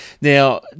Now